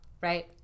Right